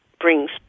Brings